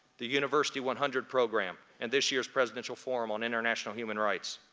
the university one hundred program, and this year's presidential forum on international human rights.